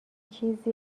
چیزی